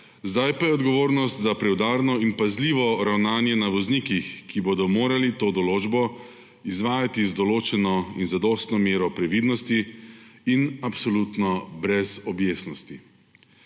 zdaj pa je odgovornost za preudarno in pazljivo ravnanje na voznikih, ki bodo morali to določbo izvajati z določeno in zadostno mero previdnosti in absolutno brez objestnosti.